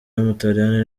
w’umutaliyani